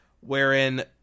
wherein –